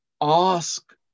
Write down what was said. Ask